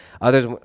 Others